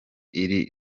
iri